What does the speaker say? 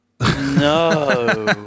No